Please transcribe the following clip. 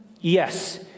Yes